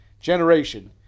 generation